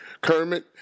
Kermit